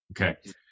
Okay